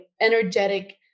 energetic